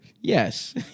Yes